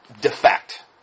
defect